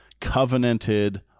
covenanted